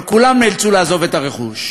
אבל כולם נאלצו לעזוב את הרכוש.